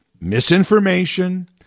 misinformation